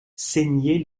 ceignait